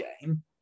game